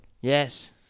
Yes